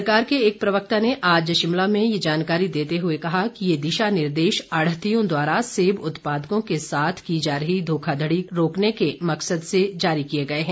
सरकार के एक प्रवक्ता ने आज शिमला में ये जानकारी देते हुए कहा कि ये दिशा निर्देश आढ़तियों द्वारा सेब उत्पादकों के साथ की जा रही धोखाधड़ी रोकने के मकसद से जारी किए गए हैं